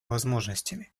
возможностями